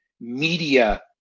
media